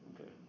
Okay